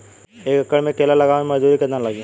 एक एकड़ में केला लगावे में मजदूरी कितना लागी?